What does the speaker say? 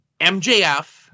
MJF